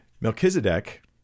Melchizedek